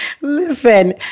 Listen